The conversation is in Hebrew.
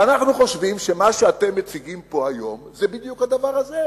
ואנחנו חושבים שמה שאתם מציגים פה היום זה בדיוק הדבר הזה.